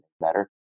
better